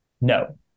no